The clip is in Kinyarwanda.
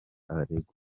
aregwa